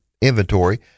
inventory